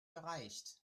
gereicht